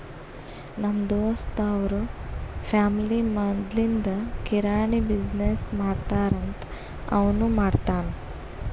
ನಮ್ ದೋಸ್ತ್ ಅವ್ರ ಫ್ಯಾಮಿಲಿ ಮದ್ಲಿಂದ್ ಕಿರಾಣಿ ಬಿಸಿನ್ನೆಸ್ ಮಾಡ್ತಾರ್ ಅಂತ್ ಅವನೂ ಮಾಡ್ತಾನ್